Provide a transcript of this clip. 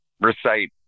recite